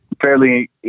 fairly